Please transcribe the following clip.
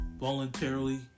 voluntarily